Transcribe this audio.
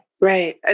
right